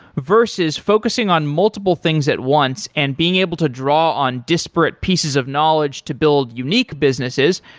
versus focusing on multiple things at once and being able to draw on disparate pieces of knowledge to build unique businesses.